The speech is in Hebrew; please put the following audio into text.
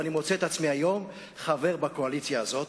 ואני מוצא את עצמי היום חבר בקואליציה הזאת,